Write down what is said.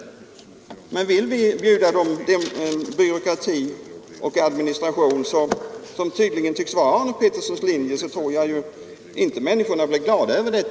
Jag tror inte att människor blir särskilt glada över ökad byråkrati och administration och ser det knappast som en välfärdsökning heller.